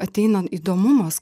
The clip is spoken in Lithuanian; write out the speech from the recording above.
ateina įdomumas